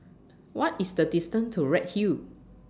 What IS The distance to Redhill